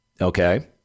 Okay